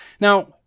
Now